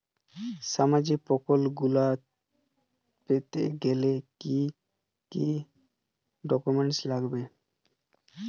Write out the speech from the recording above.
সামাজিক প্রকল্পগুলি পেতে গেলে কি কি ডকুমেন্টস লাগবে?